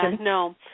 no